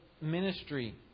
ministry